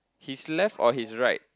his left or his right